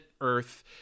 earth